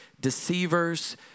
deceivers